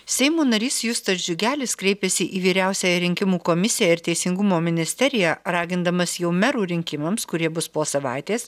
seimo narys justas džiugelis kreipėsi į vyriausiąją rinkimų komisiją ir teisingumo ministeriją ragindamas jau merų rinkimams kurie bus po savaitės